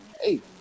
hey